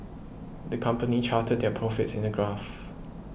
the company charted their profits in a graph